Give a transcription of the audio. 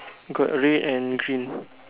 got red and green